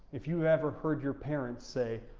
if you've ever heard your parents say,